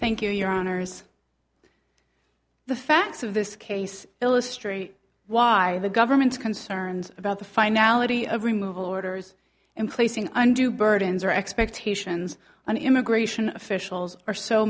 thank you your honors the facts of this case illustrate why the government is concerned about the finality of removal orders and placing undue burden zur expectations on immigration officials or so